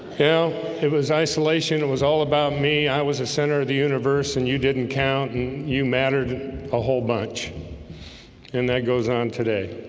yeah, it was isolation it and was all about me i was the center of the universe and you didn't count and you mattered a whole bunch and that goes on today